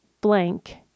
blank